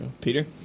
Peter